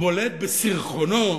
בולט בסירחונו,